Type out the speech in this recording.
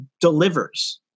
delivers